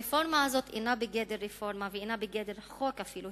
הרפורמה הזאת אינה בגדר רפורמה ואינה בגדר חוק אפילו,